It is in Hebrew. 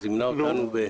שזימנה אותנו,